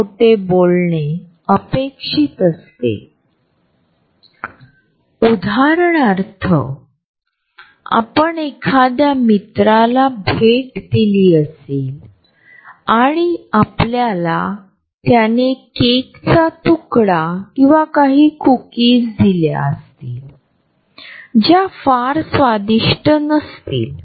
प्रत्येक झोनचे स्वत चे निकट आणि दूर टप्पे आहेत ज्यावर चर्चा करू आणि त्याच वेळी त्यांच्याशी संबंधित सांस्कृतिक आणि स्थानिक पैलू देखील आहेतज्यावर देखील चर्चा केली जाईल